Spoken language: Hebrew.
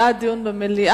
עשרה בעד דיון במליאה.